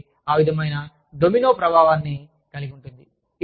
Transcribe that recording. కాబట్టి ఆ విధమైన డొమినో ప్రభావాన్ని కలిగి ఉంటుంది